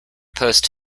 post